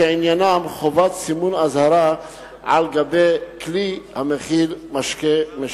שעניינם חובת סימון אזהרה על גבי כלי המכיל משקה משכר.